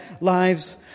lives